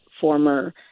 former